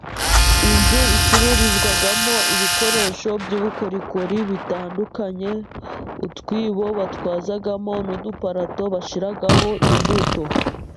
Inzu icururizwamo ibikoresho by'ubukorikori bitandukanye utwibo batwazamo, n'uduparato bashyiraho imbuto.